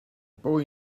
boy